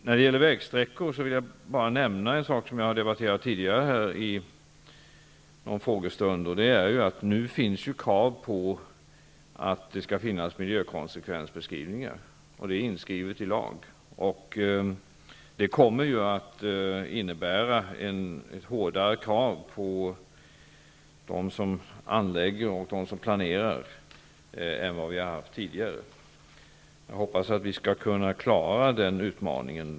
När det gäller vägsträckningar vill jag nämna en sak som jag har debatterat tidigare vid en frågestund. Nu finns kravet på miljökonsekvensbeskrivning inskrivet i lag. Det kommer att innebära hårdare krav än tidigare på dem som anlägger och planerar. Jag hoppas att vi skall kunna klara den utmaningen.